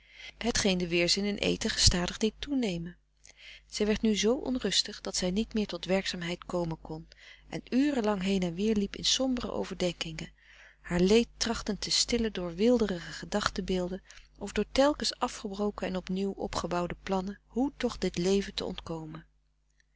hetgeen den weerzin in eten gestadig deed toenemen zij werd nu z onrustig dat zij niet meer tot werkzaamheid komen kon en uren lang heen en weer liep in sombere overdenkingen haar leed trachtend te stillen door weelderige gedachtebeelden of door telkens afgebroken en opnieuw opgebouwde plannen hoe toch dit leven te ontkomen